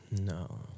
No